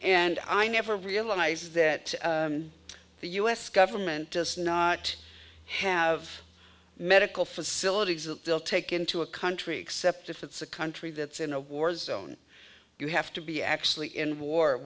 and i never realize that the u s government does not have medical facilities that they'll take into a country except if it's a country that's in a war zone you have to be actually in war